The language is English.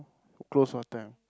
close what time